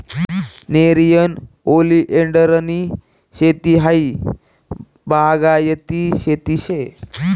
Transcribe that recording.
नेरियन ओलीएंडरनी शेती हायी बागायती शेती शे